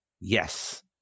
yes